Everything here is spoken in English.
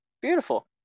Beautiful